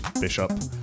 Bishop